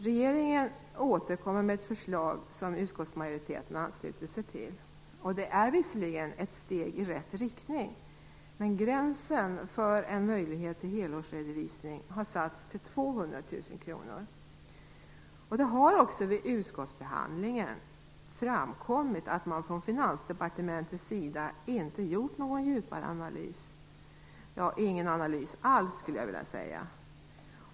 Regeringen återkommer med ett förslag som utskottsmajoriteten har anslutit sig till. Det är visserligen ett steg i rätt riktning, men gränsen för en möjlighet till helårsredovisning har satts till 200 000 kr. Det har också vid utskottsbehandlingen kommit fram att man från Finansdepartementets sida inte gjort någon djupare analys - ingen analys alls, skulle jag vilja säga.